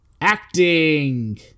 Acting